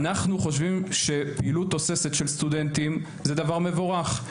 אנחנו חושבים שפעילות תוססת של סטודנטים זה דבר מבורך,